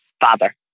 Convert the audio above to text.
father